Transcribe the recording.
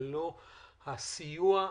ללא הסיוע,